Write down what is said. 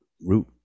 root